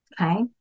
Okay